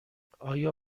آیا